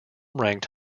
ranked